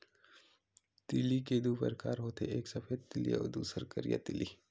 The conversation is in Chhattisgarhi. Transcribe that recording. तिली के दू परकार होथे एक सफेद तिली अउ दूसर करिया तिली